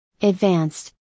advanced